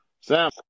Sam